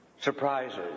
surprises